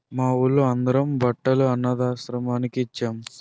మా వూళ్ళో అందరం బట్టలు అనథాశ్రమానికి ఇచ్చేం